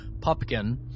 pumpkin